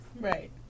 Right